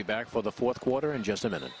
be back for the fourth quarter in just a minute